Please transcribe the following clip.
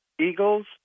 Eagles